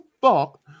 fuck